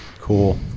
Cool